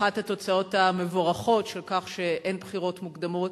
אחת התוצאות המבורכות של כך שאין בחירות מוקדמות